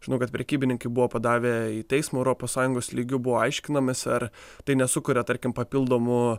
žinau kad prekybininkai buvo padavę į teismą europos sąjungos lygiu buvo aiškinamasi ar tai nesukuria tarkim papildomų